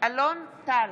אלון טל,